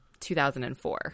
2004